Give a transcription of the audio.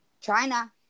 China